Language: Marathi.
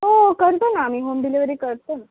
हो करतो ना आम्ही होम डिलेवरी करतो ना